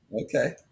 Okay